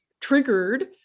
triggered